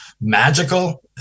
magical